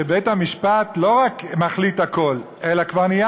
בית המשפט לא רק מחליט הכול אלא כבר נהיה